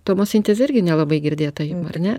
tomosintezė irgi nelabai girdėta jum ar ne